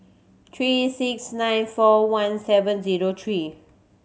three six nine four one seven zero three